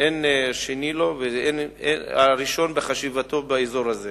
אין שני לו, והראשון בחשיבותו באזור הזה.